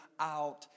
out